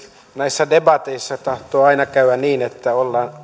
näissä debateissa tahtoo aina käydä niin että